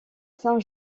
saint